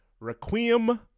Requiem